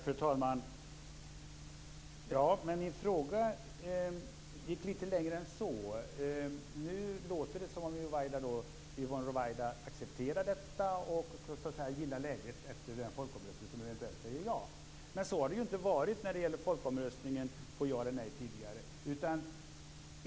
Fru talman! Ja, men min fråga gick lite längre än så. Nu låter det som om Yvonne Ruwaida accepterar detta och så att säga gillar läget efter den folkomröstning som eventuellt säger ja. Men så har det ju inte varit när det gäller folkomröstningen om ja eller nej tidigare.